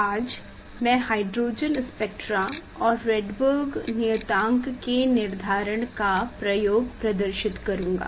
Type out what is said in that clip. आज मैं hydrogen spectra और रेड्बेर्ग नियतांक के निर्धारण का प्रयोग प्रदर्शित करूंगा